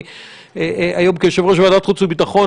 אני היום כיושב-ראש ועדת חוץ וביטחון,